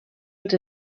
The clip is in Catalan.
els